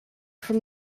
from